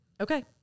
Okay